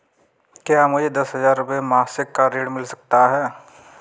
क्या मुझे दस हजार रुपये मासिक का ऋण मिल सकता है?